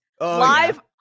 live